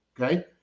okay